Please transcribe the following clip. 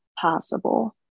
possible